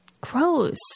Gross